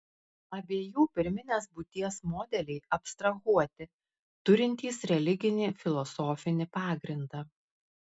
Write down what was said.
abiejų pirminės būties modeliai abstrahuoti turintys religinį filosofinį pagrindą